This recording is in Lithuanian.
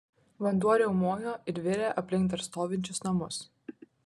vanduo riaumojo ir virė aplink dar stovinčius namus